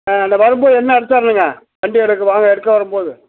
ஆ இந்த வரும் போது என்ன எடுத்து வரணுங்க வண்டி எடுக்க வாங்க எடுத்துனு வரும் போது